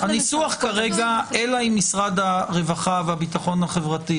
הניסוח כרגע, אלא אם משרד הרווחה והביטחון החברתי